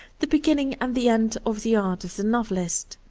the beginning and the end of the art of the novelist.